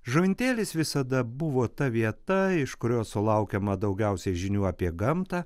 žuvintėlis visada buvo ta vieta iš kurios sulaukiama daugiausiai žinių apie gamtą